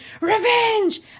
revenge